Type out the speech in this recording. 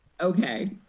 Okay